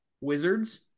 Wizards